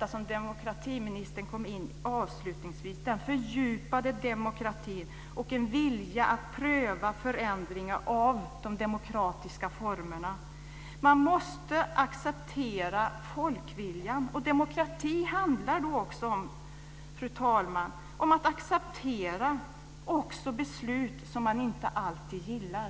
det som demokratiministern kom in på avslutningsvis, den fördjupade demokratin och en vilja att pröva förändringar av de demokratiska formerna. Man måste acceptera folkviljan. Demokrati handlar också, fru talman, om att acceptera beslut som man inte alltid gillar.